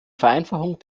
vereinfachung